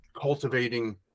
cultivating